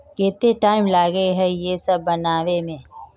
केते टाइम लगे है ये सब बनावे में?